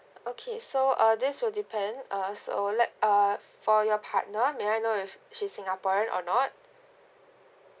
okay so uh this will depend err so let err for your partner may I know if she's singaporean or not